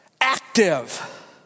active